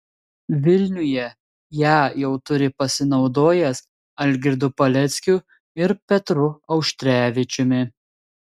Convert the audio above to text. vilniuje ją jau turi pasinaudojęs algirdu paleckiu ir petru auštrevičiumi